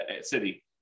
city